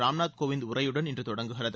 ராம்நாத் கோவிந்த் உரையுடன் இன்று தொடங்குகிறது